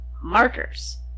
markers